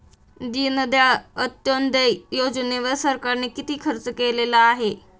दीनदयाळ अंत्योदय योजनेवर सरकारने किती खर्च केलेला आहे?